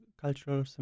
cultural